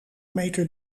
meter